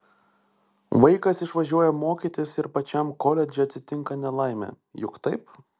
vaikas išvažiuoja mokytis ir pačiam koledže atsitinka nelaimė juk taip